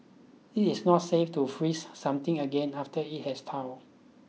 it is not safe to freeze something again after it has thawed